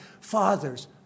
Father's